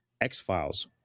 X-Files